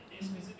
mmhmm